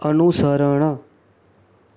અનુસરણ